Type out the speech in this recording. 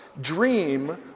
dream